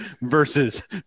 versus